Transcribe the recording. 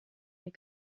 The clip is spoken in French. les